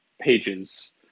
pages